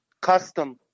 custom